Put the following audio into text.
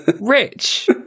rich